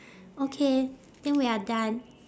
okay think we are done